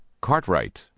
Cartwright